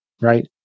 right